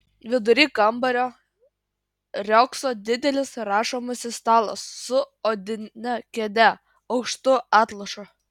vidury kambario riogso didelis rašomasis stalas su odine kėde aukštu atlošu